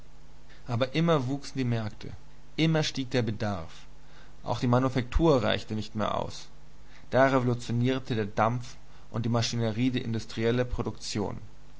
aber immer wuchsen die märkte immer stieg der bedarf auch die manufaktur reichte nicht mehr aus da revolutionierte der dampf und die maschinerie die industrielle produktion